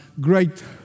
great